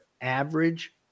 average